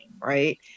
Right